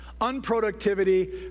unproductivity